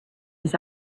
his